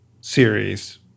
series